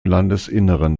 landesinneren